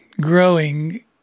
growing